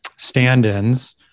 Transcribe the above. stand-ins